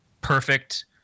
perfect